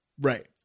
Right